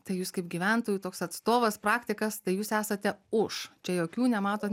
tai jūs kaip gyventojų toks atstovas praktikas tai jūs esate už čia jokių nematot